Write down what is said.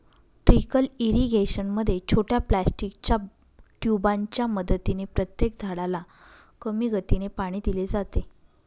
trickle irrigation मध्ये छोट्या प्लास्टिकच्या ट्यूबांच्या मदतीने प्रत्येक झाडाला कमी गतीने पाणी दिले जाते